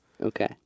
Okay